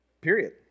Period